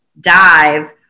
dive